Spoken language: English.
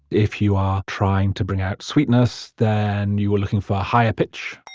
if you are trying to bring out sweetness then you are looking for higher pitch